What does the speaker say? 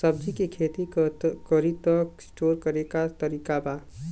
सब्जी के खेती करी त स्टोर करे के का तरीका बा?